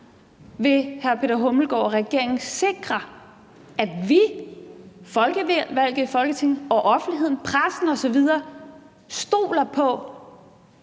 vil hr. Peter Hummelgaard og regeringen sikre, at vi folkevalgte i Folketinget, offentligheden og pressen osv., stoler på,